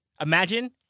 Imagine